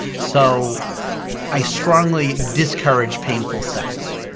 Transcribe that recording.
so i strongly discourage painful sex.